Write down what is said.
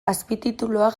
azpitituluak